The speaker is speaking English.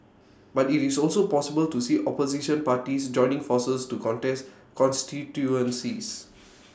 but IT is also possible to see opposition parties joining forces to contest constituencies